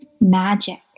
Magic